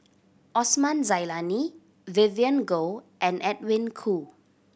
Osman Zailani Vivien Goh and Edwin Koo